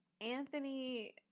Anthony